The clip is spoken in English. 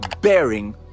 bearing